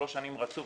שלוש שנים רצוף,